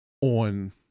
on